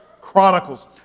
Chronicles